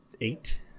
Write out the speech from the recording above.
eight